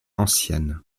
ancienne